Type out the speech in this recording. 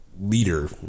leader